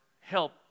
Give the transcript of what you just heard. help